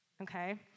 okay